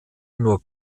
nur